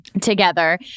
together